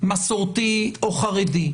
מסורתי או חרדי,